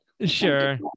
Sure